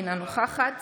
אינה נוכחת